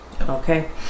Okay